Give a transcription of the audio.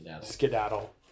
skedaddle